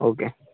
okay